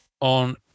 on